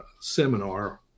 seminar